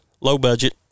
Low-budget